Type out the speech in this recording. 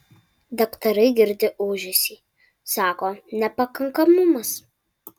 daktarai girdi ūžesį sako nepakankamumas